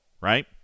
right